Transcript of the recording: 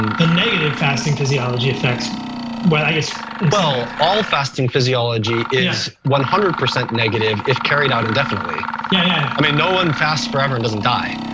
and the negative fasting physiology effects what i guess well, all fasting physiology is one hundred percent negative if carried out indefinitely. yeah i mean, no one fasts forever and doesn't die.